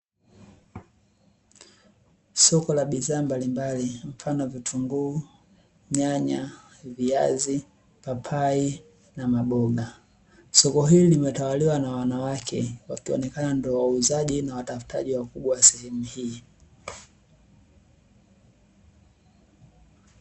Soko la bidhaa mbalimbali mfano wa vitunguu, nyanya, viazi, papai na maboga. Soko hili limetawaliwa na wanawake, wakionekana ndio wauzaji, na watafutaji wakubwa sehemu hii.